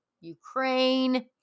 Ukraine